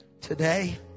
Today